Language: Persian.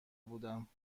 بودم